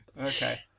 Okay